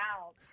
out